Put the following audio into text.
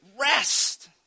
rest